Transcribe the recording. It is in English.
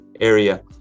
area